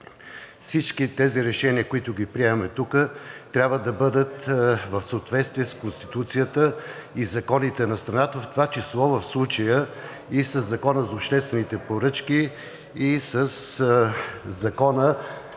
Всички тези решения, които приемаме тук, трябва да бъдат в съответствие с Конституцията и законите на страната, в това число в случая и със Закона за обществените поръчки, и със Закона